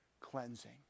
cleansing